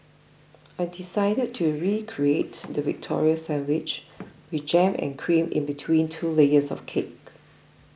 I decided to recreate the Victoria Sandwich with jam and cream in between two layers of cake